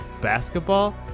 basketball